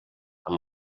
amb